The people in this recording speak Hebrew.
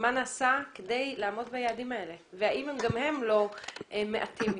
מה נעשה כדי לעמוד ביעדים האלה והאם גם הם לא מעטים מדי?